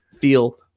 feel